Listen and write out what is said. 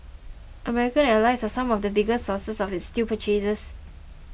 American allies are some of the biggest sources of its steel purchases